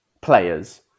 players